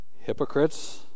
hypocrites